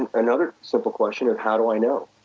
and another simple question is, how do i know?